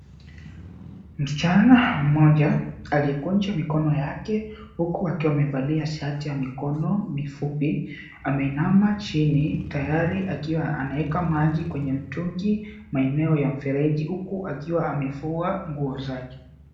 Msichana mmoja, aliyekunja mikono yake huku akiwa amevalia shati ya mikono mifupi, ameinama chini tayari akiwa anaeka maji kwenye mtungi maeneo ya mfereji huku akiwa amefua nguo zake.